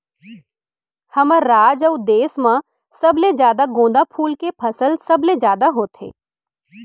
हमर राज अउ देस म सबले जादा गोंदा फूल के फसल सबले जादा होथे